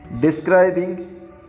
describing